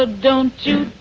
ah don't you.